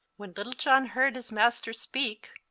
when little john heard his master speake,